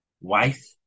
wife